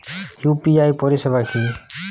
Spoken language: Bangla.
ইউ.পি.আই পরিসেবা কি?